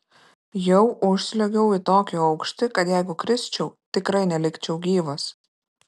jau užsliuogiau į tokį aukštį kad jeigu krisčiau tikrai nelikčiau gyvas